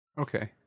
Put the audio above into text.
Okay